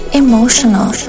emotional